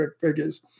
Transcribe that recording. figures